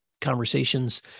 conversations